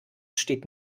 steht